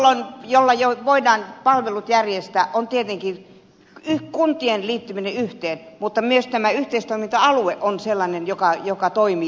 ainut jolla voidaan palvelut järjestää on tietenkin kuntien liittyminen yhteen mutta myös tämä yhteistoiminta alue on sellainen joka toimii